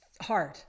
hard